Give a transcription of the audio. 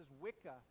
Wicca